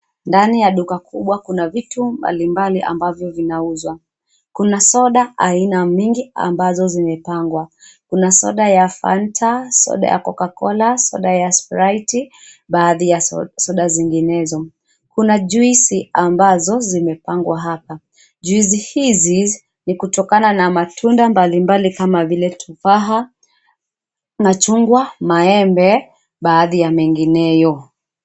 Ndani ya duka kubwa kuna vitu mbalimbali ambavyo vinauzwa. Kuna soda aina mingi ambazo zimepangwa. Kuna soda ya fanta , soda ya coca cola , soda ya sprite baadhi ya soda zinginezo. Kuna juisi ambazo zimepangwa hapa. Juisi hizi ni kutokana na matunda mbalimbali kama vile tufaha, machungwa, maembe baadhi ya mengineo.